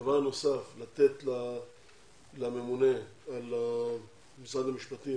דבר נוסף הוא לתת לממונה במשרד המשפטים